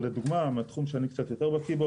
לדוגמה מהתחום שאני קצת יותר בקיא בו,